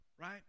right